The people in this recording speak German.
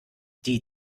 die